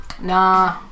Nah